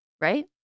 Right